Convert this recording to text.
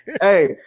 Hey